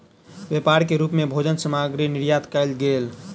व्यापार के रूप मे भोजन सामग्री निर्यात कयल गेल